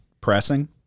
pressing